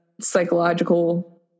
psychological